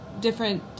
different